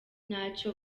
ntacyo